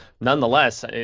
nonetheless